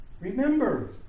Remember